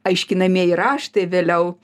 aiškinamieji raštai vėliau